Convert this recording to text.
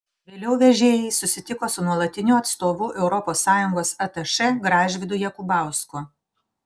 vėliau vežėjai susitiko su nuolatiniu atstovu europos sąjungos atašė gražvydu jakubausku